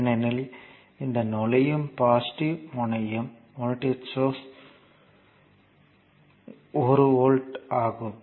ஏனெனில் இந்த நுழையும் பாசிட்டிவ் முனையம் வோல்ட்டேஜ் 1 வோல்ட் ஆகும்